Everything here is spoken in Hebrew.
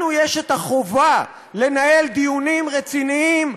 לנו יש את החובה לנהל דיונים רציניים,